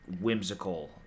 whimsical